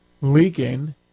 leaking